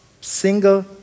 single